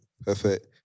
Perfect